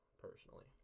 personally